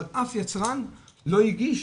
אבל אף יצרן לא הגיש